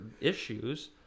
issues